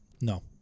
No